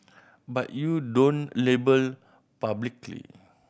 but you don't label publicly